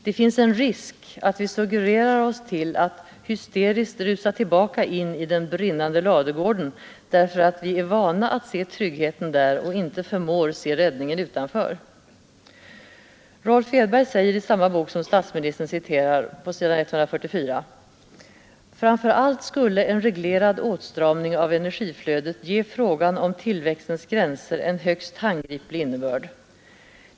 Det finns en risk att vi suggererar oss till att hysteriskt rusa tillbaka in i den brinnande ladugården därför att vi är vana att se tryggheten där och inte förmår se räddningen utanför. Rolf Edberg säger på s. 144 i den bok som statsministern citerade: ”Framför allt skulle en reglerad åtstramning av energiflödet ge frågan om tillväxtens gränser en högst handgriplig innebörd.